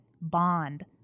bond